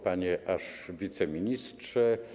Panie aż Wiceministrze!